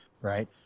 right